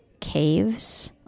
caves